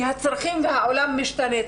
כי הצרכים והעולם משתנים.